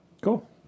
Cool